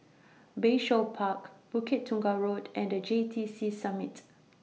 Bayshore Park Bukit Tunggal Road and The J T C Summit